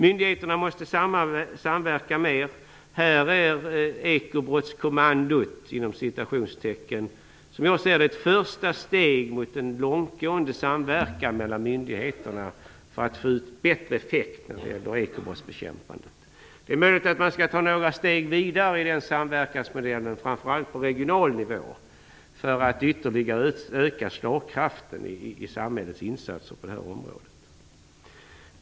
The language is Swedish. Myndigheterna måste samverka mer. Här är "ekobrottskommandot", som jag ser det, ett första steg mot en långtgående samverkan mellan myndigheterna för att få ut bättre effekter när det gäller ekobrottsbekämpandet. Det är möjligt att man skall ta några steg vidare i den samverkansmodellen, framför allt på regional nivå, för att ytterligare öka slagkraften i samhällets insatser på det här området.